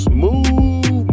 Smooth